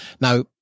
Now